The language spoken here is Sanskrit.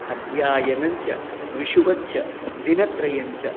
अद्यायनञ्च विशुवच्च दिनत्रयञ्च